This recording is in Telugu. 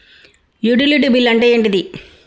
యుటిలిటీ బిల్ అంటే ఏంటిది?